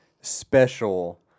special